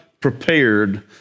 prepared